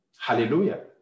Hallelujah